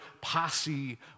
posse